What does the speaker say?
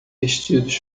vestidos